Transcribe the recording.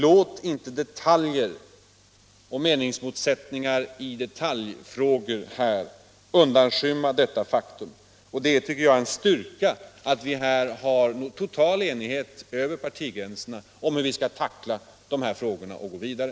Låt inte detaljer och meningsmotsättningar i detaljfrågor undanskymma detta faktum! Det är enligt min mening en styrka att vi har enighet över partigränserna om hur vi skall tackla dessa frågor och gå vidare.